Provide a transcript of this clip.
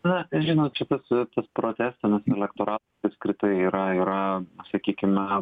na žinot čia tas tas protestinis elektoratas apskritai yra yra sakykime